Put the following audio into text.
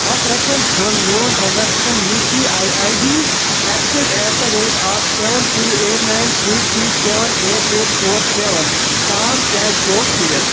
ہتھ رۄپِیَن ہُنٛد میون transaction U P I I D access at the rate of seven three eight nine three three seven eight eight four seven تام کیٛازِ گوٚو fail?